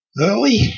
Early